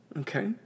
Okay